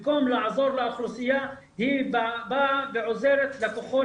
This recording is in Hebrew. במקום לעזור לאוכלוסייה היא באה ועוזרת לכוחות